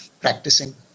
practicing